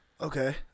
Okay